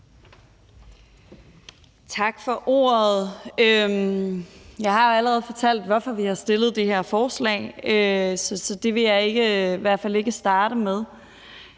Tak for ordet. Jeg har allerede fortalt, hvorfor vi har fremsat det her forslag, så det vil jeg i hvert fald ikke starte med.